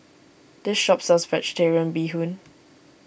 this shop sells Vegetarian Bee Hoon